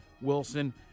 Wilson